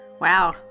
Wow